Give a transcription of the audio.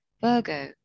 Virgo